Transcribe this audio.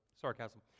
sarcasm